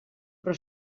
però